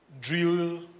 drill